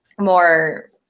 more